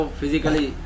physically